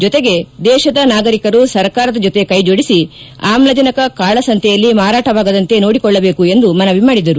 ಜೊತೆಗೆ ದೇಶದ ನಾಗರಿಕರು ಸರ್ಕಾರದ ಜೊತೆ ಕೈಜೋಡಿಸಿ ಆಮ್ಲಜನಕ ಕಾಳಸಂತೆಯಲ್ಲಿ ಮಾರಾಟವಾಗದಂತೆ ನೋಡಿಕೊಳ್ಳಬೇಕು ಎಂದು ಮನವಿ ಮಾಡಿದರು